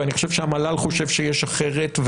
ואני חושב שהמל"ל חושב שיש אחרת.